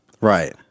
right